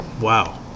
Wow